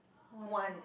no I don't